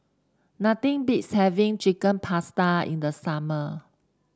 nothing beats having Chicken Pasta in the summer